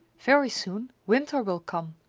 very soon winter will come,